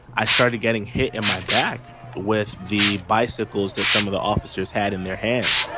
i started getting hit in my back with the bicycle's that some of the officers had in their hands.